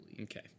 Okay